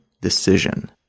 decision